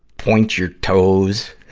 point your toes.